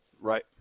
Right